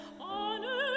Honor